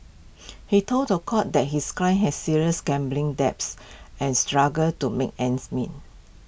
he told The Court that his client has serious gambling debts and struggled to make ends meet